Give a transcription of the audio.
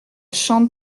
chante